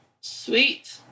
Sweet